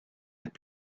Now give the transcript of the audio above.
have